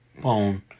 phone